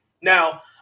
now